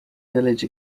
village